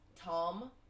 Tom